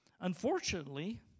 Unfortunately